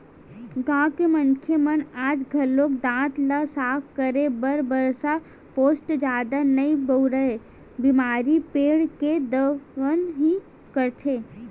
गाँव के मनसे मन आज घलोक दांत ल साफ करे बर बरस पेस्ट जादा नइ बउरय बमरी पेड़ के दतवन ही करथे